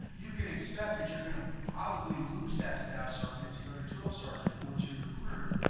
you can expect that you're going to probably lose that staff sergeant to go to drill sergeant or to recruiter.